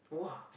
!wah!